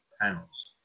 pounds